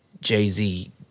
Jay-Z